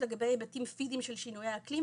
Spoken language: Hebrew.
לגבי היבטים פיזיים של שינויי האקלים,